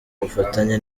ubufatanye